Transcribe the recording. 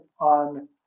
on